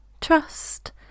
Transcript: trust